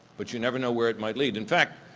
but you never know where it might lead. in fact,